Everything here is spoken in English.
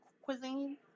cuisine